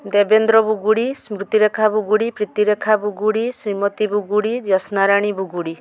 Devendra Buguri Smrutirekha Buguri Pritirekha Buguri Shrimati Buguri Jyotsnarani Buguri